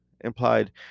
implied